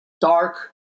dark